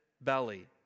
belly